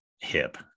hip